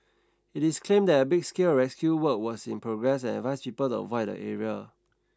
it is claimed that a big scale of rescue work was in progress and advised people to avoid the area